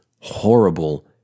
horrible